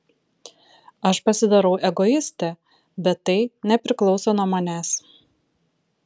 aš pasidarau egoistė bet tai nepriklauso nuo manęs